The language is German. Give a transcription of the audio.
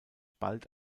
bald